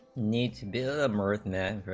need to build more